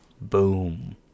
boom